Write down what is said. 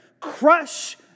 Crush